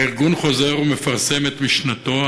הארגון חוזר ומפרסם את משנתו,